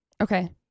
Okay